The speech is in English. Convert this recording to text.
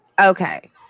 Okay